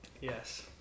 Yes